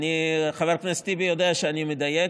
חבר הכנסת טיבי יודע שאני מדייק,